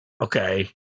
okay